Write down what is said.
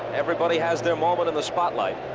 everybody has their moment in the spotlight.